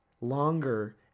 longer